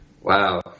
Wow